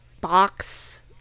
box